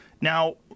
Now